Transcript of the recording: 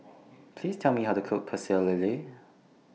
Please Tell Me How to Cook Pecel Lele